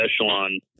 echelon